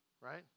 right